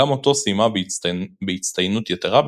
גם אותו סיימה בהצטיינות יתרה,